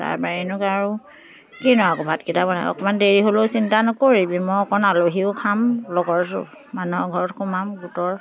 তাৰ বাহিৰে নো আৰু কিনো আৰু ভাতকেইটা বনাব অকণমান দেৰি হ'লেও চিন্তা নকৰিবি মই অকণ আলহীও খাম লগৰ যো মানুহৰ ঘৰত সোমাম গোটৰ